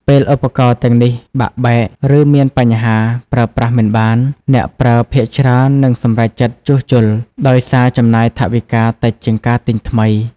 ពេលឧបករណ៍ទាំងនេះបាក់បែក ឬមានបញ្ហា ប្រើប្រាស់មិនបាន អ្នកប្រើភាគច្រើននឹងសម្រេចចិត្តជួសជុល ដោយសារចំណាយថវិកាតិចជាងការទិញថ្មី។